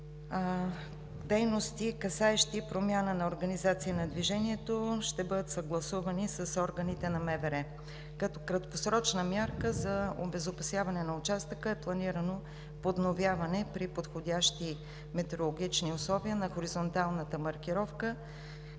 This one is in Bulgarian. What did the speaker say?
Дейности, касаещи промяна на организация на движението, ще бъдат съгласувани с органите на МВР. Като краткосрочна мярка за обезопасяване на участъка е планирано подновяване при подходящи метеорологични условия на хоризонталната маркировка